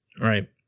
Right